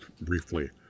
briefly